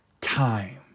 Time